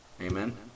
Amen